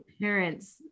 parents